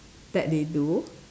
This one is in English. that they do